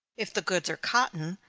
if the goods are cotton,